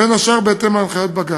בין השאר, בהתאם להנחיות בג"ץ.